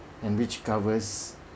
and which covers